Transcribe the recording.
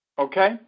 Okay